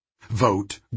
Vote